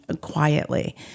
quietly